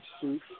suit